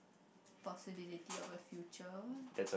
possibility of a future